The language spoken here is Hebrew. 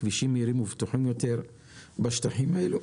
כבישים מהירים ובטוחים יותר בשטחים האלו